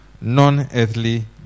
non-earthly